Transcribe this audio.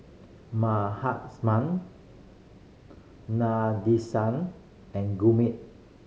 Mahatma Nadesan and Gurmeet